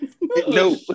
No